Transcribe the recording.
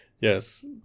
Yes